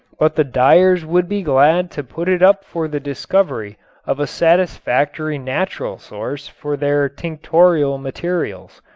but the dyers would be glad to put it up for the discovery of a satisfactory natural source for their tinctorial materials.